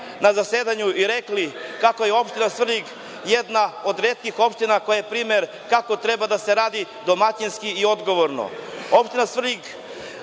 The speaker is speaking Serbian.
na zasedanju i rekli kako je opština Svrljig jedna od retkih opština koja je primer kako treba da se radi domaćinski i odgovorno. Opština